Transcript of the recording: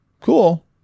cool